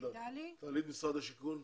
תעלי את משרד השיכון.